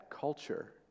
culture